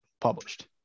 published